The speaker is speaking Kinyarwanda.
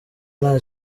nta